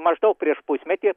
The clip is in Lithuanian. maždaug prieš pusmetį